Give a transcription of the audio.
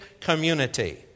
community